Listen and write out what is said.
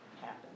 happen